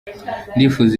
ndifuza